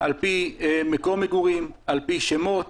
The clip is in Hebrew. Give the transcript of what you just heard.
על פי מקום מגורים, על פי שמות.